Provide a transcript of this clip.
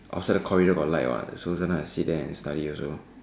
outside the corridor got light what so then I sit there and study also